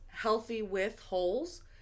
healthywithholes